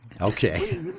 Okay